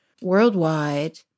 worldwide